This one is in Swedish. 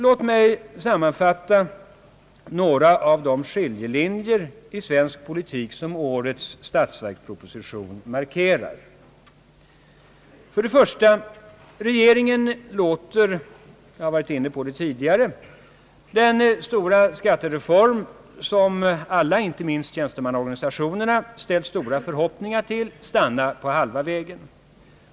Låt mig sammanfatta några av de skiljelinjer i svensk politik som årets statsverksproposition marke Kari 1) Regeringen låter — jag har varit inne på det tidigare — den stora skattereform som vi alla, inte minst tjänstemannaorganisationerna, ställt så stora förhoppningar till stanna på halva vägen.